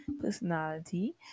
personality